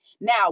Now